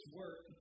work